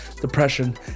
depression